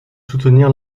soutenir